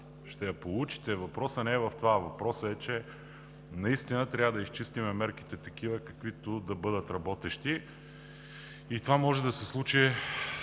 ще я получите. Въпросът не е в това, въпросът е, че наистина трябва да изчистим мерките, за да бъдат работещи. Това може да се случи